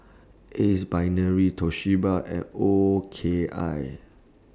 Ace Brainery Toshiba and O K I